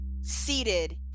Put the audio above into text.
seated